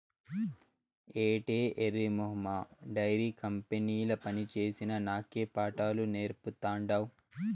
ఏటే ఎర్రి మొహమా డైరీ కంపెనీల పనిచేసిన నాకే పాఠాలు నేర్పతాండావ్